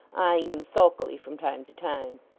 eyeing him sulkily from time to time.